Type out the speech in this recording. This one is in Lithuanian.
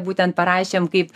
būtent parašėm kaip